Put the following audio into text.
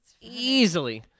Easily